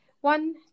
one